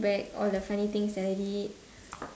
back all the funny things that I did